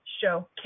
show